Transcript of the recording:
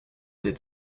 did